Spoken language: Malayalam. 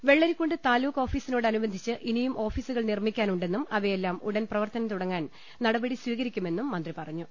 വെള്ള രിക്കുണ്ട് താലൂക്ക് ഓഫീസിനോട്ടനുബന്ധിച്ച് ഇനിയും ഓഫീസുകൾ നിർമ്മിക്കാനുണ്ടെന്നും അവയെല്ലാം ഉടൻ പ്രവർത്തനം തുടങ്ങാൻ നട പടി സ്വീകരിക്കുമെന്നും മന്ത്രി പറഞ്ഞു